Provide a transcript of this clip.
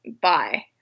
Bye